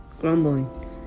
grumbling